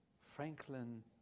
Franklin